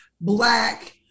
black